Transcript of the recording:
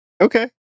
Okay